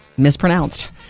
mispronounced